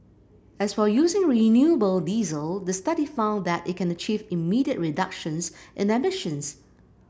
as for using renewable diesel the study found that it can achieve immediate reductions in emissions